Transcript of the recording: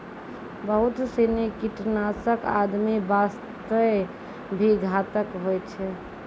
बहुत सीनी कीटनाशक आदमी वास्तॅ भी घातक होय छै